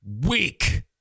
weak